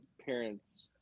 parents